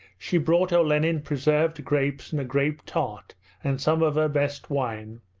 she brought olenin preserved grapes and a grape tart and some of her best wine,